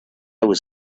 was